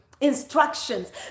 instructions